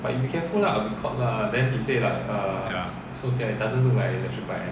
ya